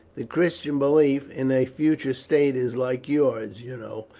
the christian belief in a future state is like yours, you know,